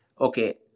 okay